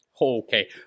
Okay